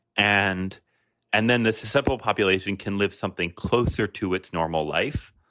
and and then this is several population can live something closer to its normal life.